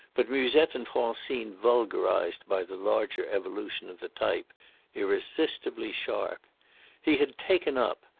but musette and francine vulgarised by the larger evolution of the type irresistibly sharp he had taken up,